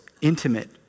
intimate